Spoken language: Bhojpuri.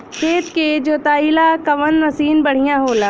खेत के जोतईला कवन मसीन बढ़ियां होला?